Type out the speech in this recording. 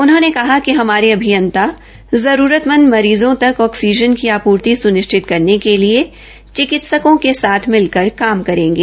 उन्होंने कहा कि हमारे अभियंता जरूरतमंद मरीज़ों तक ऑक्सीजन की आपूर्ति सुनिश्चित करने के लिए चिकित्सकों के साथ मिलकर काम करेंगे